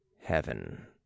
heaven